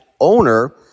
owner